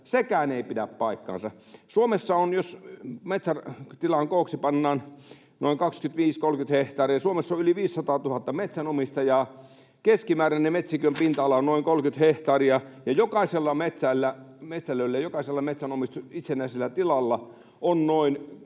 sekään ei pidä paikkaansa. Jos metsätilan kooksi pannaan noin 25—30 hehtaaria — Suomessa on yli 500 000 metsänomistajaa ja keskimääräinen metsikön pinta-ala on noin 30 hehtaaria — ja jokaisella metsälöllä, jokaisella